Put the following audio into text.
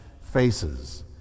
Faces